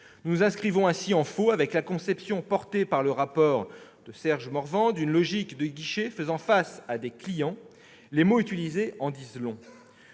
Nous nous inscrivons ainsi en faux avec la conception, soutenue dans le rapport de Serge Morvan, d'une logique de guichet faisant face à des « clients ». Les mots utilisés en disent long